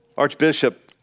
Archbishop